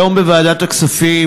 היום בוועדת הכספים